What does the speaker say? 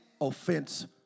Offense